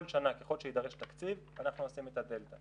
כל שנה ככל שיידרש תקציב, אנחנו נשים את הדלתא.